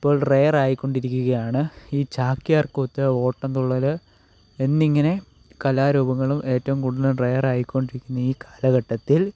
ഇപ്പോൾ റെയർ ആയിക്കൊണ്ടിരിക്കുകയാണ് ഈ ചാക്യാർകൂത്ത് ഓട്ടംതുള്ളൽ എന്നിങ്ങനെ കലാരൂപങ്ങളും ഏറ്റവും കൂടുതലും റെയർ ആയിക്കൊണ്ടിരിക്കുന്ന ഈ കാലഘട്ടത്തിൽ